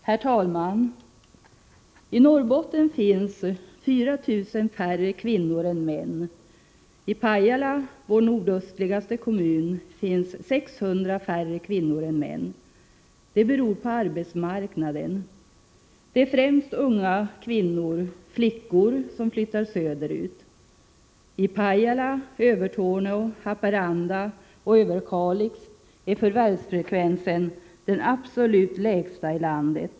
Herr talman! I Norrbotten finns 4 000 färre kvinnor än män. I Pajala, vår nordöstligaste kommun, finns 600 färre kvinnor än män. Det beror på arbetsmarknaden. Det är främst unga kvinnor — flickor — som flyttar söderut. I Pajala, Övertorneå, Haparanda och Överkalix är förvärvsfrekvensen den absolut lägsta i landet.